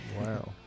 Wow